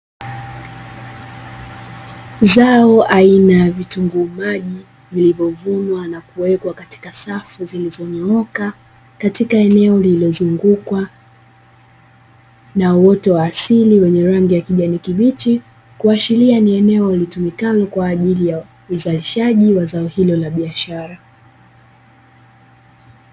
Zao aina ya vitunguu maji, vilivyovunwa na kuwekwa katika safu zilizonyooka katika eneo lililozungukwa na uwoto wa asili wa rangi ya kijani kibichi ikiashiria ni eneo litumikalo kwa ajili ya uzalishaji wa zao hilo biashara.